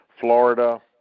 Florida